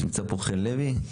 נמצא פה חן לוי?